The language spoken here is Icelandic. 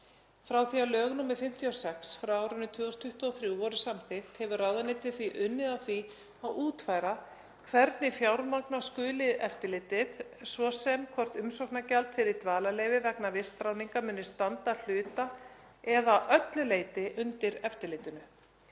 Frá því að lög nr. 56/2023 voru samþykkt hefur ráðuneytið því unnið að því að útfæra hvernig fjármagna skuli eftirlitið, svo sem hvort umsóknargjald fyrir dvalarleyfi vegna vistráðningar muni standa að hluta eða öllu leyti undir eftirlitinu.